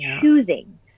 choosing